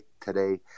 today